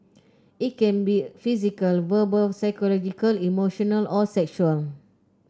it can be physical verbal psychological emotional or sexual